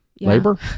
labor